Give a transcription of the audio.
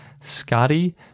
Scotty